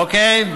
אוקיי.